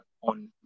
on